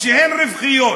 שהן רווחיות,